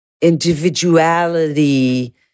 individuality